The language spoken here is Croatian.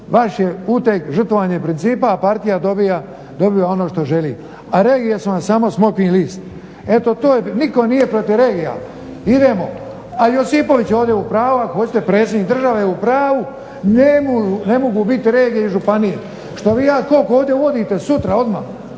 vaš je uteg žrtvovanje principa, a partija dobiva ono što želi. A regije su vam samo smokvin list. Eto to, nitko nije protiv regija, idemo, ali Josipović je ovdje u pravu ako hoćete predsjednik države je u pravu, ne mogu biti regije i županije. Što vi AD HOC ovdje uvodite sutra odmah.